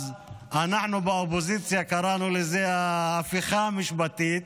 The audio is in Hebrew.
אז אנחנו באופוזיציה קראנו לזה ההפיכה המשפטית